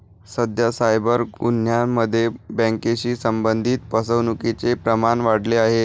सध्या सायबर गुन्ह्यांमध्ये बँकेशी संबंधित फसवणुकीचे प्रमाण वाढले आहे